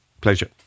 Pleasure